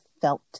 felt